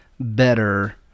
better